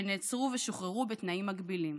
שנעצרו ושוחררו בתנאים מגבילים,